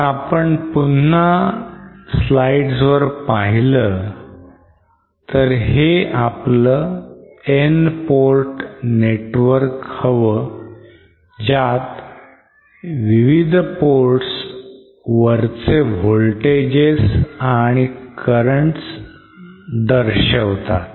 तर आपण पुन्हा slide वर पाहिलं तर हे आपलं N port network हवं ज्यात विविध ports वरचे voltages आणि currents दाखवले आहेत